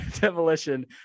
demolition